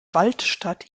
waldstadt